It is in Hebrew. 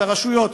ברשויות,